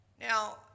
Now